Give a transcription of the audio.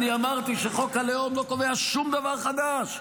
אני אמרתי שחוק הלאום לא קובע שום דבר חדש,